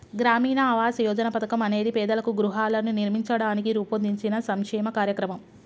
గ్రామీణ ఆవాస్ యోజన పథకం అనేది పేదలకు గృహాలను నిర్మించడానికి రూపొందించిన సంక్షేమ కార్యక్రమం